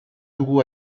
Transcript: dugu